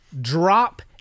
drop